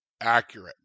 accurate